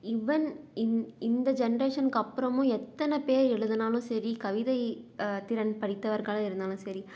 இவன் இந் இந்த ஜென்ரேஷனுக்கு அப்புறமும் எத்தனை பேர் எழுதினாலும் சரி கவிதை திறன் படைத்தவர்களாக இருந்தாலும் சரி